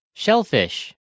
Shellfish